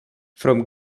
from